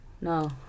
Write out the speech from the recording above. No